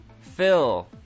Phil